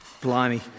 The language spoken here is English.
Blimey